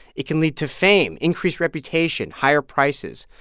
it can lead to fame, increased reputation, higher prices.